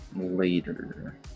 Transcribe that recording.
later